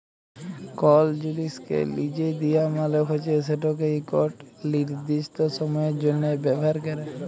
call জিলিসকে লিজে দিয়া মালে হছে সেটকে ইকট লিরদিস্ট সময়ের জ্যনহে ব্যাভার ক্যরা